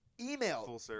Email